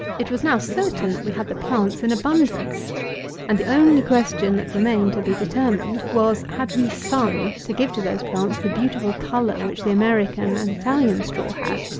it was now certain that we had the plants in abundance and the only question that remained to be determined was, had we sun to give to those plants the beautiful colour which the american and italian straw had?